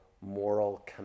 moral